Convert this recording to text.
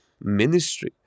ministry